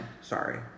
sorry